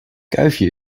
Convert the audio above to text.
kuifje